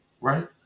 Right